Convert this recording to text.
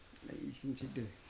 एसेनोसै दे